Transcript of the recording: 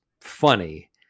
funny